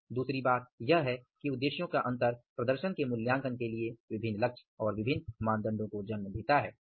और दूसरी बात यह है कि उद्देश्यों का अंतर प्रदर्शन के मूल्यांकन के लिए विभिन्न लक्ष्य और विभिन्न मानदंडो को जन्म देता है